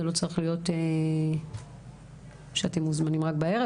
זה לא צריך להיות שאתם מוזמנים רק בערב.